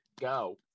Go